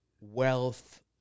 wealth